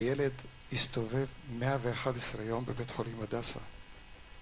ילד הסתובב 111 יום בבית חולים הדסה